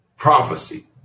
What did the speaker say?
Prophecy